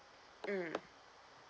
mm